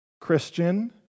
Christian